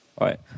Right